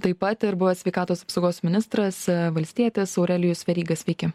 taip pat ir buvęs sveikatos apsaugos ministras valstietis aurelijus veryga sveiki